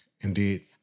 Indeed